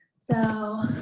so